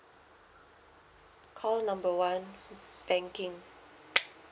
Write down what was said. call number one banking